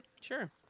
sure